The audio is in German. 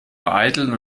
vereiteln